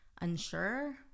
unsure